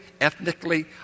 ethnically